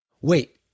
Wait